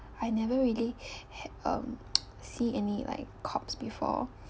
I never really had um see any like corpse before